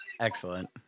Excellent